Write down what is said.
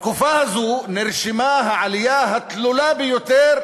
בתקופה הזאת נרשמה העלייה התלולה ביותר